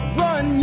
run